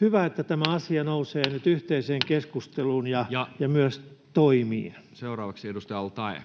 Hyvä, että tämä asia nousee nyt yhteiseen keskusteluun ja myös toimiin. Seuraavaksi edustaja al-Taee.